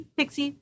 Pixie